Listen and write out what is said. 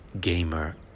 gamer